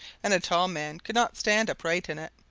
and a tall man could not stand upright in it,